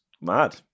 mad